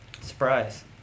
Surprise